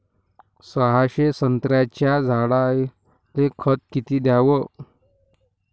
सहाशे संत्र्याच्या झाडायले खत किती घ्याव?